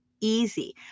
easy